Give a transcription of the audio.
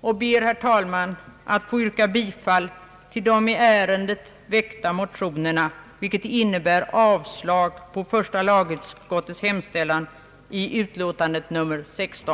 och ber, herr talman, att få yrka bifall till de i ärendet väckta motionerna, vilket innebär avslag på första lagutskottets hemställan i utlåtandet nr 16.